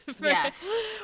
Yes